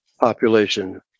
population